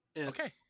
Okay